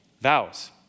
Vows